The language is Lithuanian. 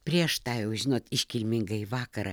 prieš tą jau žinot iškilmingąjį vakarą